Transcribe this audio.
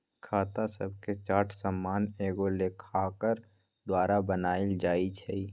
खता शभके चार्ट सामान्य एगो लेखाकार द्वारा बनायल जाइ छइ